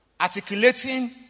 articulating